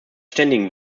ständigen